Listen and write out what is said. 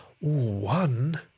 one